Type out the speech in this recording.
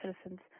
citizens